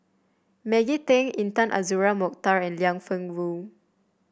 Maggie Teng Intan Azura Mokhtar and Liang Wenfu